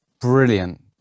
Brilliant